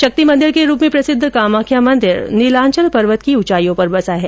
शक्ति मंदिर के रूप में प्रसिद्ध कामख्या मंदिर नीलांचल पर्वत की ऊचाईयों पर बसा है